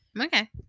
Okay